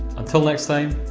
until next time,